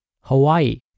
Hawaii